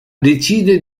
decide